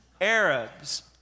Arabs